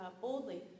boldly